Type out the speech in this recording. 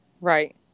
Right